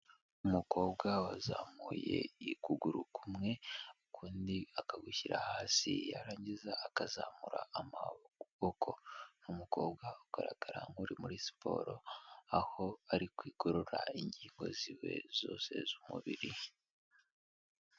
Umukobwa wazamuye ukuguru kumwe ukundi akagushyira hasi yarangiza akazamura amaboko, ni umukobwa ugaragara nk'uri muri siporo, aho ari kwigorora ingingo ziwe zose z'umubiri.